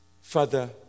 Father